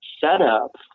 setup